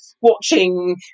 watching